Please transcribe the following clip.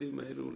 היא צריכה